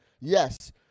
Yes